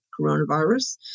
coronavirus